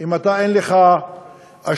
אם אין לך אשליה